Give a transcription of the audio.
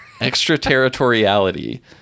Extraterritoriality